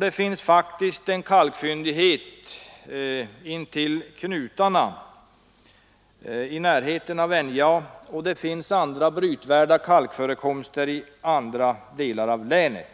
Det finns faktiskt en kalkfyndighet inpå knutarna, i närheten av NJA, och det finns även brytvärda kalkförekomster i andra delar av länet.